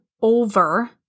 over